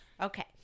Okay